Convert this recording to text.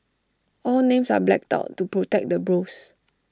all names are blacked out to protect the bros